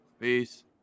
Peace